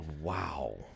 Wow